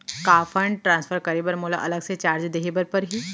का fund transfer करे बर मोला अलग से चार्ज देहे बर परही?